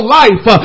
life